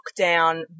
lockdown